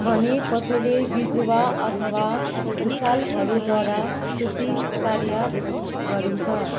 भने कसैले बिजुवा अथवा भुसालहरूद्वारा शुद्धि कार्य गरिन्छ